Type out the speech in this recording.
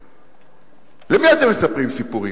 למי אתם מספרים סיפורים?